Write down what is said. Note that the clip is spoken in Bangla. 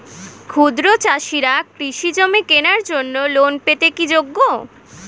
ক্ষুদ্র চাষিরা কৃষিজমি কেনার জন্য লোন পেতে কি যোগ্য?